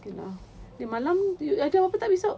okay lah eh malam you end what time esok